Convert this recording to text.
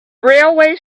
railway